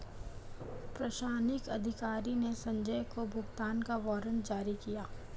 प्रशासनिक अधिकारी ने संजय को भुगतान का वारंट जारी किया